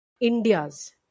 India's